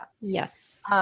Yes